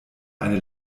eine